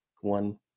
one